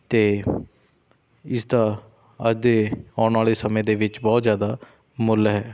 ਅਤੇ ਇਸ ਦਾ ਅੱਜ ਦੇ ਆਉਣ ਵਾਲੇ ਸਮੇਂ ਦੇ ਵਿੱਚ ਬਹੁਤ ਜ਼ਿਆਦਾ ਮੁੱਲ ਹੈ